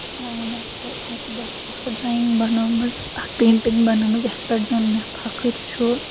مےٚ چھِ اَکہِ دۄہ اَکھ ڈرایِنٛگ بَنٲومٕژ اکھ پینٹِنٛگ بَنٲومٕژ یَتھ پؠٹھ زَن مےٚ فخٕر چھُ